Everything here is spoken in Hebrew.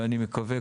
ואני מקווה,